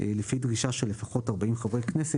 "(ב) לפי דרישה של לפחות ארבעים חברי הכנסת,